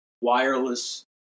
wireless